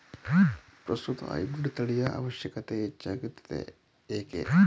ಪ್ರಸ್ತುತ ಹೈಬ್ರೀಡ್ ತಳಿಯ ಅವಶ್ಯಕತೆ ಹೆಚ್ಚಾಗುತ್ತಿದೆ ಏಕೆ?